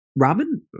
Robin